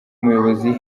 umuyobozi